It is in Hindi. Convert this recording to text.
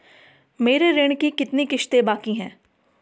मेरे ऋण की कितनी किश्तें बाकी हैं?